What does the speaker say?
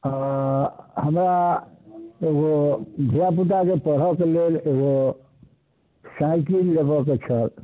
तऽ हमरा एगो धियापुताके चढ़यके लेल एगो साइकिल लेबयके छै